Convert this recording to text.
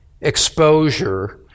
exposure